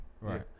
Right